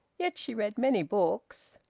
yet she read many books.